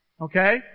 Okay